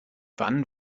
wann